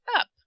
up